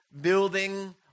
building